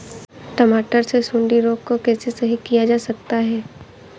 टमाटर से सुंडी रोग को कैसे सही किया जा सकता है?